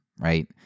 right